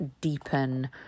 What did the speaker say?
deepen